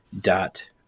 dot